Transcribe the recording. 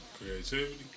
Creativity